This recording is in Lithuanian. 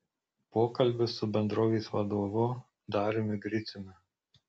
pokalbis su bendrovės vadovu dariumi griciumi